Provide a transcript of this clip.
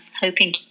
hoping